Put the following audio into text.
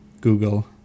Google